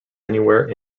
anywhere